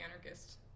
anarchist